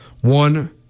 One